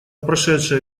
прошедшие